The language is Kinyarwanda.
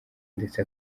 ndetse